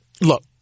look